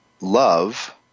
Love